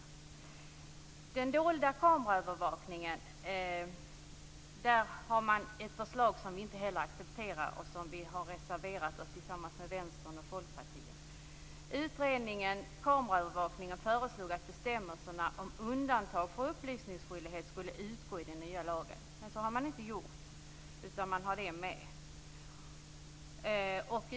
För den dolda kameraövervakningen finns ett förslag som vi i Miljöpartiet inte heller accepterar, och som vi har reserverat oss för tillsammans med Vänstern och Folkpartiet. Utredningen om kameraövervakning föreslog att bestämmelserna om undantag från upplysningsskyldighet skulle utgå i den nya lagen. Men så har man inte gjort, utan man har dem med.